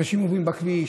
אנשים עוברים בכביש,